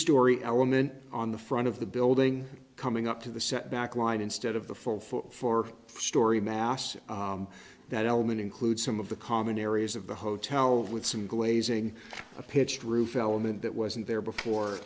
story element on the front of the building coming up to the setback line instead of the full foot four story mass that element includes some of the common areas of the hotel with some glazing a pitched roof element that wasn't there before